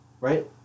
right